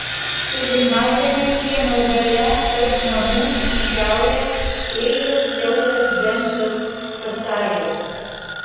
tolimajame kiemo gale tarp namų į šiaurę ėjo siauras dengtas pasažas